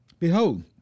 Behold